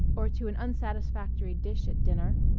or to an unsatisfactory dish at dinner,